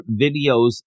videos